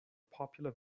popular